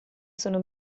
sono